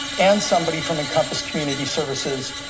and somebody from encompass community services